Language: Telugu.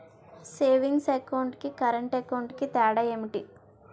సేవింగ్స్ అకౌంట్ కి కరెంట్ అకౌంట్ కి తేడా ఏమిటి?